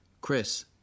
Chris